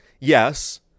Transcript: Yes